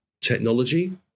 technology